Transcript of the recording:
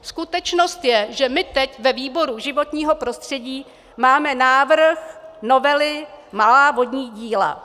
Skutečnost je, že my teď ve výboru životního prostředí máme návrh novely malá vodní díla.